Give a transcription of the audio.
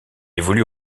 évolue